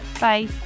Bye